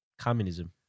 Communism